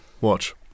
watch